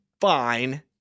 fine